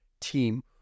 team